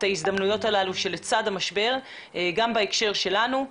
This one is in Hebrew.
ההזדמנויות הללו שלצד המשבר גם בהקשר שלנו,